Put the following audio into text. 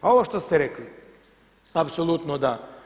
A ovo što ste rekli, apsolutno da.